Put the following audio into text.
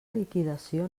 liquidació